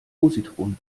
positron